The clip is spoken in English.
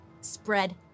spread